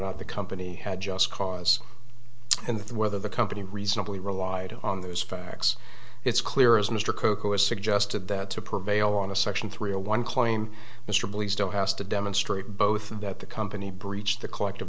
not the company had just cause and whether the company reasonably relied on those facts it's clear as mr coco has suggested that to prevail on a section three a one claim mr believes still has to demonstrate both that the company breached the collective